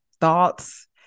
thoughts